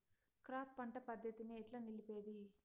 Crop పంట పద్ధతిని ఎట్లా నిలిపేది?